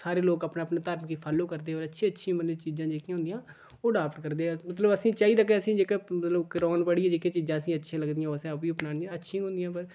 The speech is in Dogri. सारे लोक अपने अपने धर्म गी फाॅलो करदे होर अच्छी अच्छी मतलब चीज़ां जेह्कियां होंदियां ओह् अडाॅप्ट करदे मतलब असेंगी चाहिदा केह् जेह्का असेंगी कुरान पढ़ियै जेह्कियां चीज़ां असेंगी अच्छियां लगदियां ओह् असें ओह्बी अपनानियां अच्छियां होङन पर